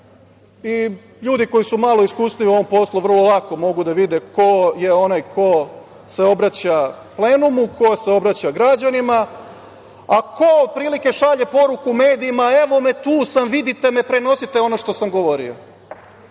ljudi koji su malo iskusniji u ovom poslu vrlo lako mogu da vide ko je onaj ko se obraća plenumu, ko se obraća građanima, a ko otprilike šalje poruku medijima – evo me, tu sam, vidite me, prenosite ono što sam govorio.